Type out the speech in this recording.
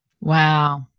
Wow